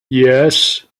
yes